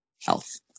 health